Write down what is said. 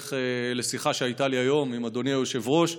ובהמשך לשיחה שהייתה לי היום עם אדוני היושב-ראש,